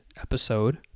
episode